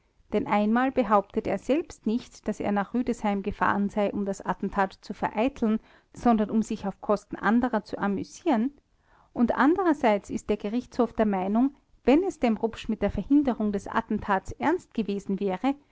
denn einmal behauptet er selbst nicht daß er nach rüdesheim gefahren sei um das attentat zu vereiteln sondern um sich auf kosten anderer zu amüsieren und andererseits ist der gerichtshof der meinung wenn es dem rupsch mit der verhinderung des attentats ernst gewesen wäre